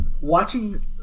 watching